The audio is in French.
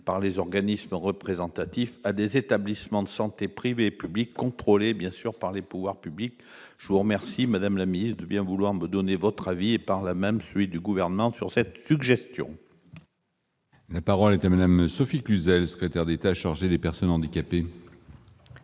par les organismes représentatifs, à des établissements de santé privés ou publics, contrôlés par les pouvoirs publics. Je vous remercie, madame la secrétaire d'État, de bien vouloir me donner votre avis, et par là même celui du Gouvernement, sur cette suggestion. La parole est à Mme la secrétaire d'État auprès du Premier ministre,